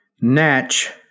Natch